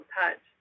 touch